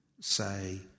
say